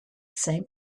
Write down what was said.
same